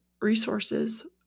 resources